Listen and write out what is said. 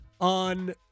On